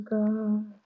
God